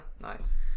nice